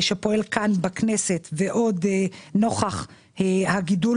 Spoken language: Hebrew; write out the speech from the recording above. שפועל כאן בכנסת ועוד נוכח הגידול